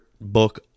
book